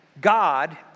God